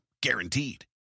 guaranteed